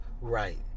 Right